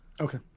Okay